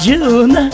June